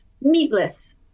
meatless